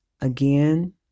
Again